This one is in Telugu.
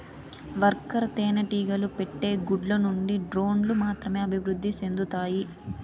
వర్కర్ తేనెటీగలు పెట్టే గుడ్ల నుండి డ్రోన్లు మాత్రమే అభివృద్ధి సెందుతాయి